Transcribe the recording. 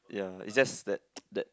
ya is is just that that